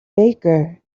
baker